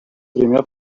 тремя